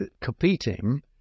competing